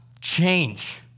Change